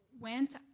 went